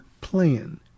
plan